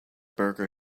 burger